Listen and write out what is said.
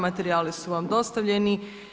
Materijali su vam dostavljeni.